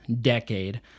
decade